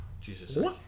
Jesus